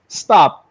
stop